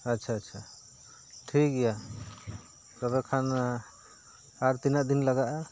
ᱟᱪᱪᱷᱟ ᱟᱪᱪᱷᱟ ᱴᱷᱤᱠ ᱜᱮᱭᱟ ᱛᱚᱵᱮ ᱠᱷᱟᱱ ᱟᱨ ᱛᱤᱱᱟᱹᱜ ᱫᱤᱱ ᱞᱟᱜᱟᱜᱼᱟ